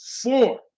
Four